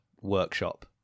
workshop